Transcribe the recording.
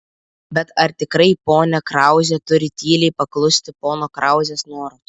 bet ar tikrai ponia krauzė turi tyliai paklusti pono krauzės norams